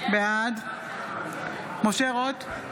בעד משה רוט,